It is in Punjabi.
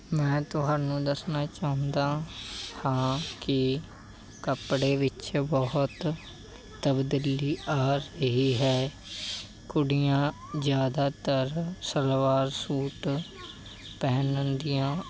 ਮੈਂ ਤੁਹਾਨੂੰ ਦੱਸਣਾ ਚਾਹੁੰਦਾ ਹਾਂ ਕਿ ਕੱਪੜੇ ਵਿੱਚ ਬਹੁਤ ਤਬਦੀਲੀ ਆ ਰਹੀ ਹੈ ਕੁੜੀਆਂ ਜ਼ਿਆਦਾਤਰ ਸਲਵਾਰ ਸੂਟ ਪਹਿਨ ਦੀਆਂ